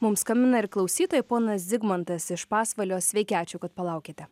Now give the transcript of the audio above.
mums skambina ir klausytojai ponas zigmantas iš pasvalio sveiki ačiū kad palaukėte